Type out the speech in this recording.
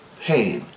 pain